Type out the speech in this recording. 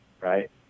right